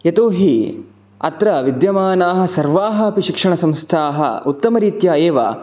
यतोहि अत्र विद्यमानाः सर्वाः अपि शिक्षणसंस्थाः उत्तमरीत्या एव